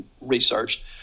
researched